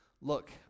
look